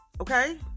okay